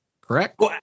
Correct